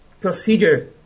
procedure